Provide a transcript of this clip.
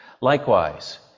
Likewise